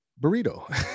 burrito